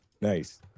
Nice